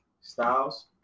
Styles